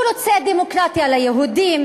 הוא רוצה דמוקרטיה ליהודים,